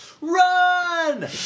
Run